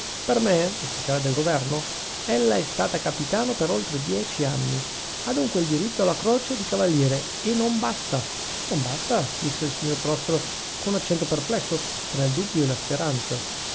per me ufficiale del governo ella è stato capitano per oltre dieci anni ha dunque diritto alla croce di cavaliere e non basta non basta disse il signor prospero con accento perplesso tra il dubbio e la speranza